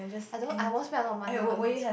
I don't know I won't spend a lot of money one he also